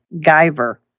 giver